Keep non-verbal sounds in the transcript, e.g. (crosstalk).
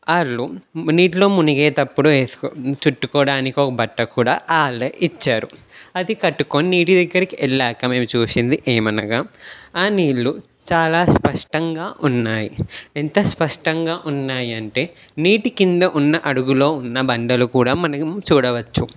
వాళ్ళు నీటిలో మునిగేటప్పుడు వేస్కో చుట్టుకోవడానికి ఒక బట్ట కూడా వాళ్ళే ఇచ్చారు అది కట్టుకొని నీటి దగ్గరికి వెళ్ళాక మేము చూసింది ఏమనగా ఆ నీళ్లు చాలా స్పష్టంగా ఉన్నాయి ఎంత స్పష్టంగా ఉన్నాయంటే నీటి కింద ఉన్న అడుగులో ఉన్న బండలు కూడా మనం (unintelligible) చూడవచ్చు